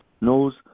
knows